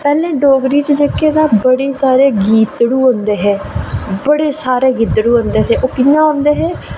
पैह्लें डोगरी च जेह्ड़े बड़े सारे गित्तड़ू होंदे हे बड़े सारे गित्तड़ू होंदे हे ओह् कि'यां होंदे हे